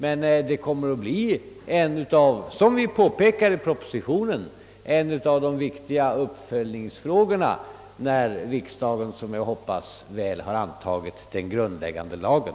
Men detta kommer, såsom vi påpekat i propositionen, att bli en av de viktiga uppföljningsfrågorna när riksdagen, en ligt vad jag hoppas, väl har antagit den grundläggande lagen.